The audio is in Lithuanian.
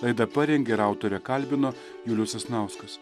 laidą parengė ir autorę kalbino julius sasnauskas